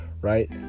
Right